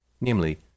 namely